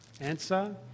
Answer